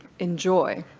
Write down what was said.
enjoy.